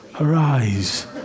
arise